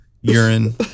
urine